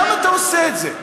למה אתה עושה את זה?